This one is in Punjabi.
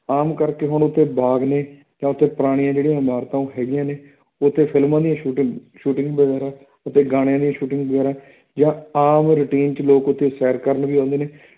ਆਮ ਕਰਕੇ ਹੁਣ ਉੱਥੇ ਬਾਗ ਨੇ ਜਾਂ ਤਾਂ ਪੁਰਾਣੀਆਂ ਜਿਹੜੀਆਂ ਇਮਾਰਤਾਂ ਉਹ ਹੈਗੀਆਂ ਨੇ ਉੱਥੇ ਫਿਲਮਾਂ ਦੀਆਂ ਸ਼ੂਟਿੰਗ ਸ਼ੂਟਿੰਗ ਵਗੈਰਾ ਅਤੇ ਗਾਣਿਆਂ ਦੀਆਂ ਸ਼ੂਟਿੰਗ ਵਗੈਰਾ ਜਾਂ ਆਮ ਰੂਟੀਨ 'ਚ ਲੋਕ ਉੱਥੇ ਸੈਰ ਕਰਨ ਵੀ ਆਉਂਦੇ ਨੇ